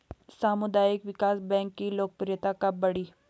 सामुदायिक विकास बैंक की लोकप्रियता कब बढ़ी?